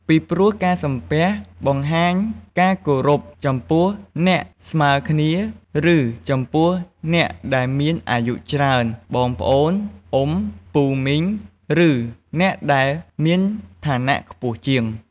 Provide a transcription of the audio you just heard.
ពីព្រោះការសំពះ បង្ហាញការគោរពចំពោះអ្នកស្មើគ្នា ឬចំពោះអ្នកដែលមានអាយុច្រើន បងប្អូន អ៊ំ ពូមីង ឬអ្នកដែលមានឋានៈខ្ពស់ជាង។